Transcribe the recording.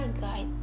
guide